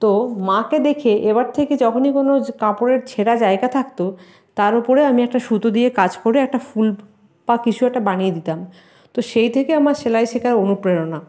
তো মাকে দেখে এবার থেকে যখনই কোনো কাপড়ের ছেঁড়া জায়গা থাকত তার উপরে আমি একটা সুতো দিয়ে কাজ করে একটা ফুল বা কিছু একটা বানিয়ে দিতাম তো সেই থেকে আমার সেলাই শেখার অনুপ্রেরণা